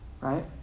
Right